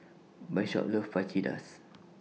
Bishop loves Fajitas